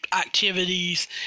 activities